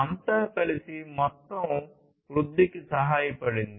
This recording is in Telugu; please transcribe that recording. అంతా కలిసి మొత్తం వృద్ధికి సహాయపడింది